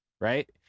right